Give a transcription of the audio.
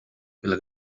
pel